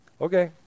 Okay